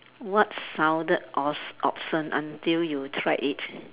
what sounded awes~ awesome until you try it